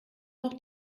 noch